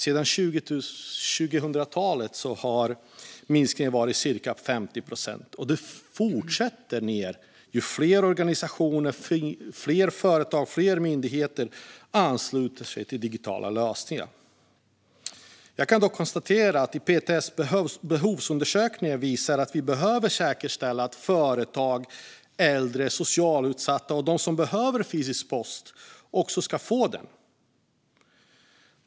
På 2000-talet har minskningen varit cirka 50 procent, och den fortsätter när fler organisationer, företag och myndigheter ansluter sig till digitala lösningar. Jag kan dock konstatera att PTS behovsundersökningar visar att vi behöver säkerställa att företag, äldre, socialt utsatta och de som behöver fysisk post också får den.